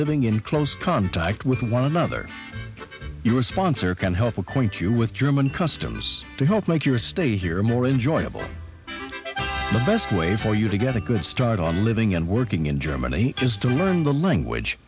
living in close contact with one another us sponsor can help acquaint you with german customers to help make your stay here more enjoyable the best way for you to get a good start on living and working in germany is to learn the language